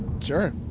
Sure